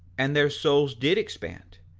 and their souls did expand,